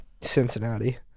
Cincinnati